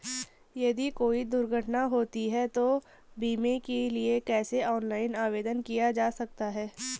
यदि कोई दुर्घटना होती है तो बीमे के लिए कैसे ऑनलाइन आवेदन किया जा सकता है?